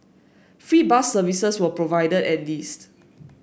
free bus services were provided at least